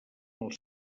els